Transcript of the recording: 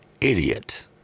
idiot